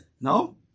No